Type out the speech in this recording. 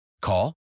Call